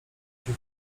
się